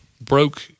broke